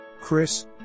Chris